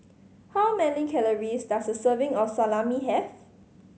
how many calories does a serving of Salami have